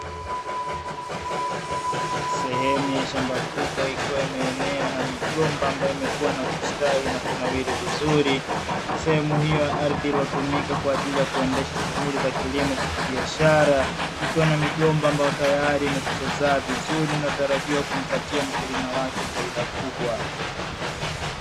Sehemu ya shamba kubwa ikiwa imeenea na migomba ambayo imekuwa na kustawi na kunawiri vizuri, sehemu hiyo ya ardhi ilotumika kwa ajili ya kuendesha shughuli za kilimo cha kibiashara ikiwa na migomba ambayo tayari imekwisha zaa vizuri, inayotarajiwa kumpa mkulima wake faida kubwa.